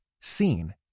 seen